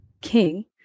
King